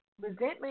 resentment